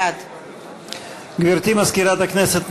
בעד גברתי מזכירת הכנסת,